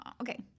Okay